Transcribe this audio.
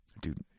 Dude